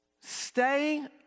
stay